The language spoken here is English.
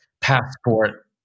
Passport